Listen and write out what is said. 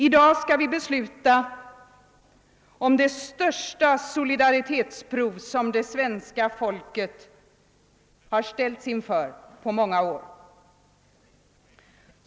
I dag skall vi besluta om det största solidaritetsprov som det svenska folket har ställts inför på många år.